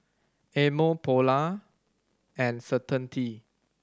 Amore Polar and Certainty